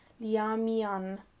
liamian